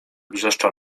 wrzeszczał